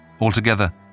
Altogether